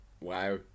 Wow